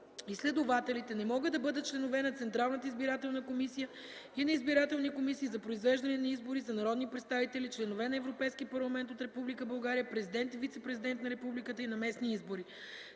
и следователите не могат да бъдат членове на Централната избирателна комисия и на избирателни комисии за произвеждане на избори за народни представители, членове на Европейски парламент от Република България, президент и вицепрезидент на Републиката и на местни избори.”